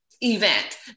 event